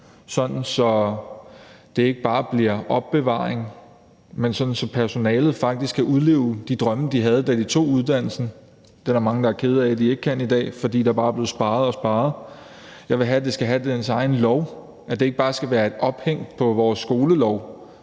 at det ikke bare bliver opbevaring, men at personalet faktisk kan udleve de drømme, de havde, da de tog uddannelsen. Det er der mange der er kede af at de ikke kan i dag, fordi der bare er blevet sparet og sparet. Jeg vil have, at fritidspædagogikken skal have sin egen lov, at den ikke bare skal være et ophæng på vores skolelov,